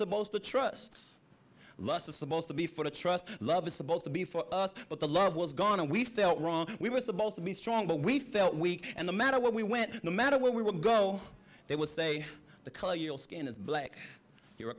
supposed to trust lust is supposed to be for the trust love is supposed to be for us but the love was gone and we felt wrong we were supposed to be strong but we felt weak and the matter where we went no matter where we would go they would say the color your skin is black you're a